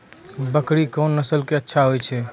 बकरी कोन नस्ल के अच्छा होय छै?